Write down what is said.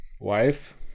Wife